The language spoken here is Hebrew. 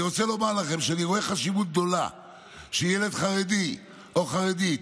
אני רוצה לומר לכם שאני רואה חשיבות גדולה לכך שילד חרדי או חרדית